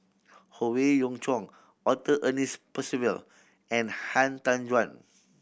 Howe Yoon Chong Arthur Ernest Percival and Han Tan Juan